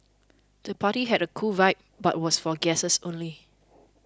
the party had a cool vibe but was for guests only